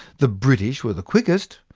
the british were the quickest,